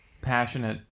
Passionate